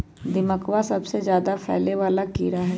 दीमकवा सबसे ज्यादा फैले वाला कीड़ा हई